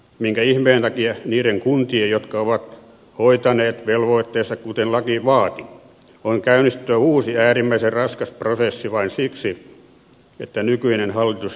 minkä ihmeen takia niiden kuntien jotka ovat hoitaneet velvoitteensa kuten laki vaatii on käynnistettävä uusi äärimmäisen raskas prosessi vain siksi että nykyinen hallitus sitä vaatii